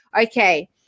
okay